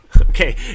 Okay